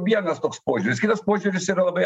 vienas toks požiūris kitas požiūris yra labai